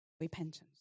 repentance